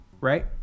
right